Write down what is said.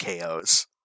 KOs